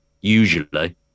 usually